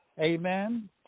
Amen